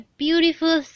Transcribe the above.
beautiful